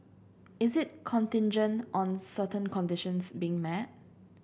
is it contingent on certain conditions being met